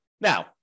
Now